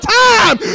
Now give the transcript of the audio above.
time